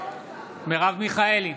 מרב מיכאלי,